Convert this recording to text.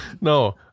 No